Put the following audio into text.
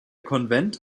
konvent